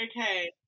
Okay